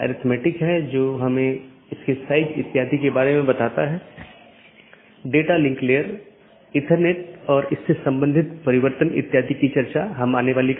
अब हम TCP IP model पर अन्य परतों को देखेंगे